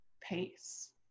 pace